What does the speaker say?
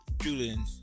Julian